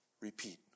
repeat